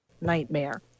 nightmare